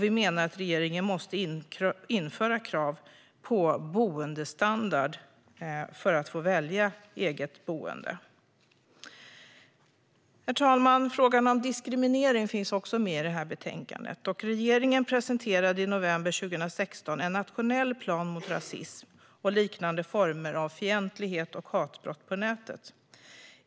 Vi menar att regeringen måste införa krav på boendestandard för att asylsökande ska få välja eget boende. Herr talman! Diskriminering finns också med i det här betänkandet. Regeringen presenterade i november 2016 en nationell plan mot rasism och liknande former av fientlighet och hatbrott på nätet.